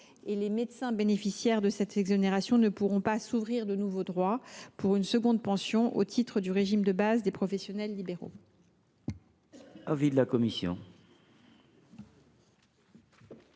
Les médecins bénéficiaires de cette exonération ne pourront s’ouvrir de nouveaux droits pour une seconde pension au titre du régime de base des professionnels libéraux.